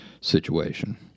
situation